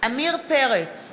עמיר פרץ,